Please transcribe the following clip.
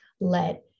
let